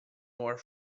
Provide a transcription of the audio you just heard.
more